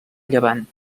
llevant